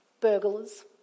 burglars